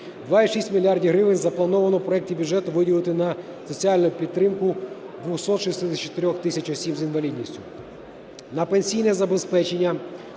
2,6 мільярда гривень заплановано в проекті бюджету виділити на соціальну підтримку 264 тисяч осіб з інвалідністю. На пенсійне забезпечення